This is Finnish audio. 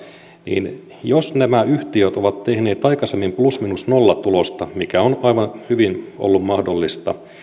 niin jos nämä yhtiöt ovat tehneet aikaisemmin plus miinus nolla tulosta mikä on aivan hyvin ollut mahdollista